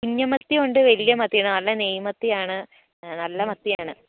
കുഞ്ഞു മത്തി ഉണ്ട് വലിയ മത്തി നല്ല നെയ് മത്തി ആണ് നല്ല മത്തി ആണ്